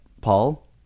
Paul